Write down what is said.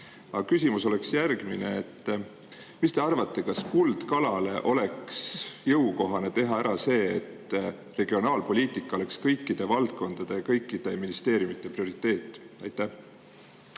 küsimus on järgmine: mis te arvate, kas kuldkalale oleks jõukohane teha ära see, et regionaalpoliitika oleks kõikide valdkondade, kõikide ministeeriumide prioriteet? Aitäh,